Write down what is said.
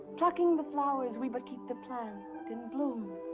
plucking the flowers we but keep the plant in bloom.